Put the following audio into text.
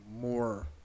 more